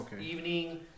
evening